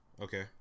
okay